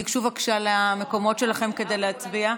תיגשו בבקשה למקומות שלכם כדי להצביע.